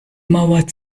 mauer